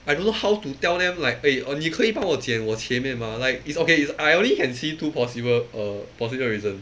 I don't know how to tell them like eh orh 你可以帮我剪我前面 mah like it's okay is I only can see two possible uh possible reason